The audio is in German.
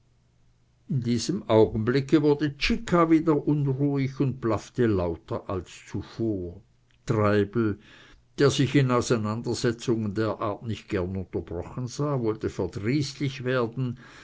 in diesem augenblicke wurde czicka wieder unruhig und blaffte lauter als zuvor treibel der sich in auseinandersetzungen der art nicht gern unterbrochen sah wollte verdrießlich werden